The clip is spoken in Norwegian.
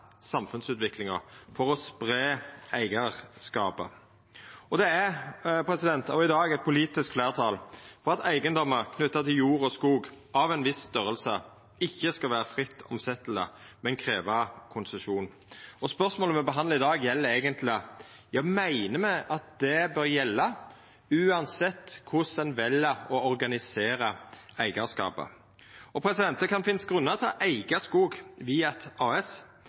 samfunnsutviklinga og for å spreia eigarskapet. Det er òg i dag eit politisk fleirtal for at eigedomar knytte til jord og skog av ein viss storleik ikkje skal vera fritt omsetjeleg, men krevja konsesjon. Spørsmålet me behandlar i dag, gjeld eigentleg om me meiner det bør gjelda uansett korleis ein vel å organisera eigarskapet. Det kan finnast grunnar til å eiga skog via eit AS,